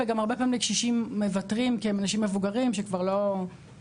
וגם הרבה פעמים לקשישים מוותרים כי הם אנשים מבוגרים שכבר לא --- כן,